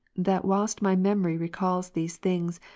that, whilst my memory recals these things,